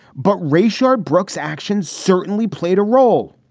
but rashad brooks actions certainly played a role.